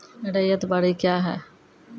रैयत बाड़ी क्या हैं?